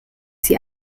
sie